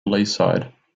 leaside